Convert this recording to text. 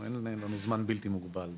אין לנו זמן בלתי מוגבל.